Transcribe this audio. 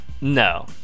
No